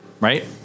Right